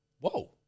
Whoa